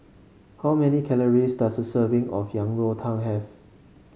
how many calories does a serving of Yang Rou Tang have